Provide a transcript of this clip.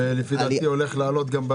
ולפי דעתי הולך לעלות.